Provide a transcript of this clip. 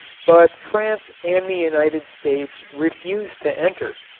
but france and the united states refused to enter,